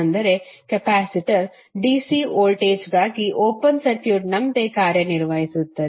ಅಂದರೆ capacitor DC ವೋಲ್ಟೇಜ್ಗಾಗಿ open ಸರ್ಕ್ಯೂಟ್ನಂತೆ ಕಾರ್ಯನಿರ್ವಹಿಸುತ್ತದೆ